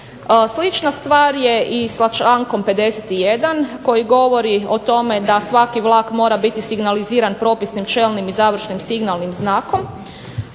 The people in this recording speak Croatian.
Slična stvar je i sa člankom 51. koji govori o tome da svaki vlak mora biti signaliziran propisnim čelnim i završnim signalnim znakom,